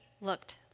looked